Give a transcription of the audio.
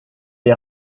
est